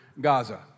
Gaza